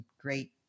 great